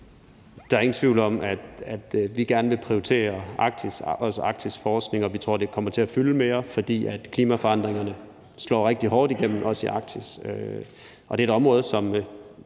Der er ingen tvivl om, at vi gerne vil prioritere Arktis og arktisk forskning, og vi tror, det kommer til at fylde mere, fordi klimaforandringerne slår rigtig hårdt igennem, også i Arktis. Det er et område, hvor